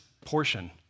portion